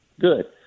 Good